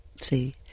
see